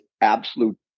absolute